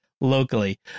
locally